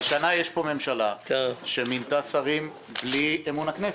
אבל כבר שנה יש פה ממשלה שמינתה שרים ללא אמון הכנסת.